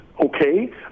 okay